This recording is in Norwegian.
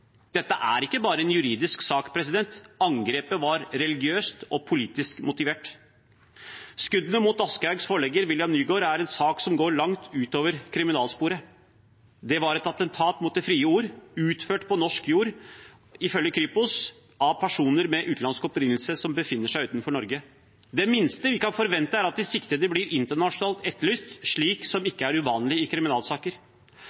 Dette er ikke bare en juridisk sak. Angrepet var religiøst og politisk motivert. Skuddene mot Aschehougs forlegger, William Nygaard, er en sak som går langt utover kriminalsporet. Det var et attentat mot det frie ord utført på norsk jord – ifølge Kripos av personer med utenlandsk opprinnelse som befinner seg utenfor Norge. Det minste vi kan forvente, er at de siktede blir internasjonalt etterlyst, slik som